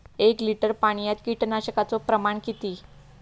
एक लिटर पाणयात कीटकनाशकाचो प्रमाण किती?